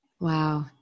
wow